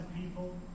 people